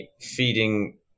feeding